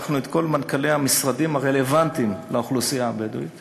לקחנו את כל מנכ"לי המשרדים הרלוונטיים לאוכלוסייה הבדואית